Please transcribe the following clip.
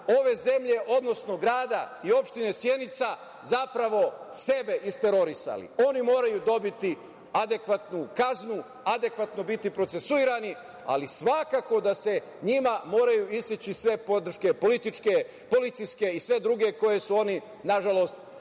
ove zemlje, odnosno grada i opštine Sjenica zapravo sebe isterorisali. Oni moraju dobiti adekvatnu kaznu, adekvatno biti procesuirani, ali svakako da se njima moraju iseći sve podrške političke, policijske i sve druge koje su oni, nažalost,